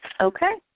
Okay